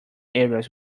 areas